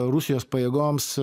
rusijos pajėgoms